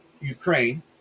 Ukraine